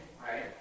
right